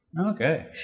Okay